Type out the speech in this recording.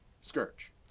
Scourge